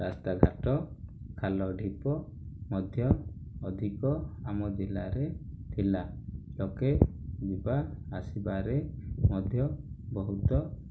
ରାସ୍ତାଘାଟ ଖାଲ ଢ଼ିପ ମଧ୍ୟ ଅଧିକ ଆମ ଜିଲ୍ଲାରେ ଥିଲା ଲୋକେ ଯିବା ଆସିବାରେ ମଧ୍ୟ ବହୁତ